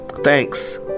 Thanks